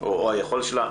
או היכולת שלה,